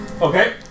Okay